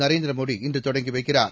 நரேந்திர மோடி இன்று தொடங்கி வைக்கிறார்